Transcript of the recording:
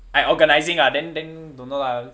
I organizing ah then then don't know lah